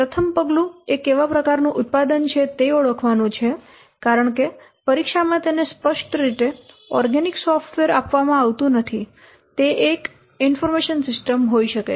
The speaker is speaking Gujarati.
પ્રથમ પગલું એ કેવા પ્રકારનું ઉત્પાદન છે તે ઓળખવાનું છે કારણ કે પરીક્ષામાં તેને સ્પષ્ટ રીતે ઓર્ગેનિક સોફ્ટવેર આપવામાં આવતું નથી તે એક માહિતી સિસ્ટમ હોઈ શકે છે